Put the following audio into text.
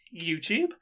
YouTube